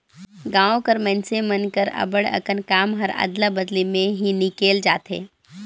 गाँव कर मइनसे मन कर अब्बड़ अकन काम हर अदला बदली में ही निकेल जाथे